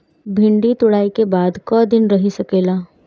भिन्डी तुड़ायी के बाद क दिन रही सकेला?